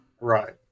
Right